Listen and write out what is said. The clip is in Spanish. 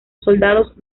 soldados